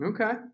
okay